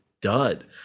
dud